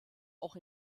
auch